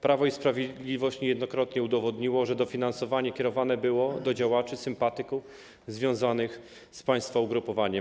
Prawo i Sprawiedliwość niejednokrotnie udowodniło, że dofinansowania kierowane były do działaczy, sympatyków związanych z państwa ugrupowaniem.